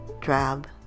drab